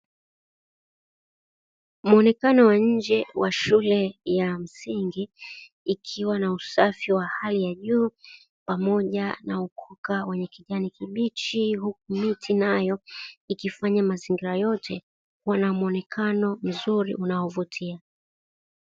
Muonekano wa nje wa shule ya msingi ikiwa na usafi wa hali ya juu, pamoja na ukoka wenye kijani kibichi huku miti nayo ikifanya mazingira yote kuwa na muonekano mzuri unaovutia.